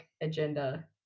Agenda